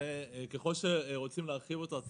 ככל שרוצים להרחיב אותו,